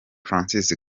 francis